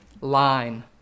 line